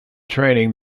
training